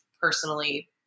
personally